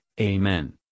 Amen